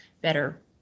better